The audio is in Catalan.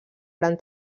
gran